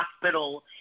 Hospital